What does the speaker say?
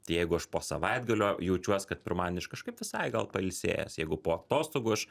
tai jeigu aš po savaitgalio jaučiuos kad pirmadienį aš kažkaip visai gal pailsėjęs jeigu po atostogų aš